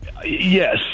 yes